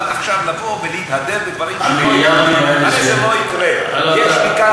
אבל עכשיו לבוא ולהתהדר בדברים שלא יקרו הרי זה לא יקרה,